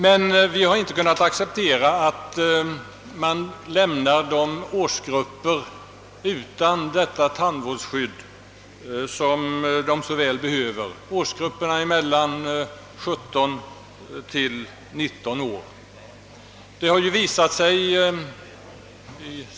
Men vi har inte kunnat acceptera att man lämnar åldersgrupperna 17—19 år utan denna tandvårdsförsäkring som de så väl behöver.